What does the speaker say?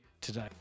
today